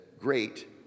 great